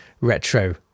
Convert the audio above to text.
retro